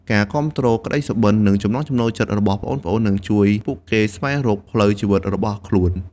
ការគាំទ្រក្តីសុបិន និងចំណង់ចំណូលចិត្តរបស់ប្អូនៗ នឹងជួយពួកគេស្វែងរកផ្លូវជីវិតរបស់ខ្លួន។